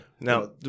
Now